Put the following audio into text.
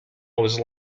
was